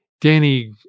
Danny